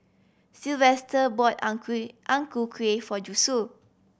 Sylvester bought ang kueh Ang Ku Kueh for Josue